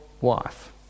wife